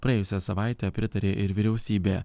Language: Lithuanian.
praėjusią savaitę pritarė ir vyriausybė